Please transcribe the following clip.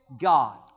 God